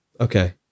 okay